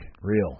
Real